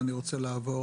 אני רוצה לעבור